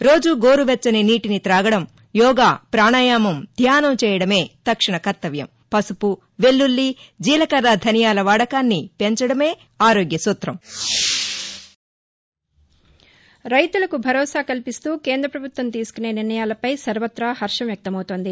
న్ రైతులకు భరోసా కల్పిస్తూ కేంద్ర ప్రభుత్వం తీసుకునే నిర్ణయాలపై సర్వతా హర్షం వ్యక్తం అవుతోంది